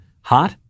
hot